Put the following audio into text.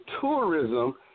tourism